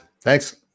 Thanks